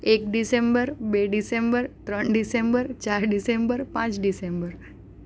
એક ડિસેમ્બર બે ડિસેમ્બર ત્રણ ડિસેમ્બર ચાર ડિસેમ્બર પાંચ ડિસેમ્બર